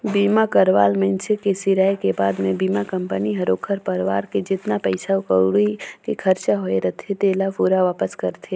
बीमा करवाल मइनसे के सिराय के बाद मे बीमा कंपनी हर ओखर परवार के जेतना पइसा कउड़ी के खरचा होये रथे तेला पूरा वापस करथे